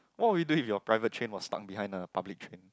what would you do if your private train was stucked behind a public train